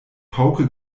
pauke